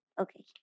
Okay